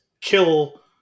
kill